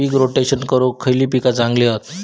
पीक rotation करूक खयली पीका चांगली हत?